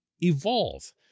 evolve